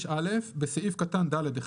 (5א) "בסעיף קטן (ד1),